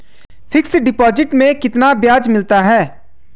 Fix deposit में कितना ब्याज मिलता है?